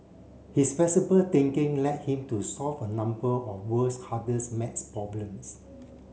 his flexible thinking led him to solve a number of world's hardest maths problems